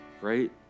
right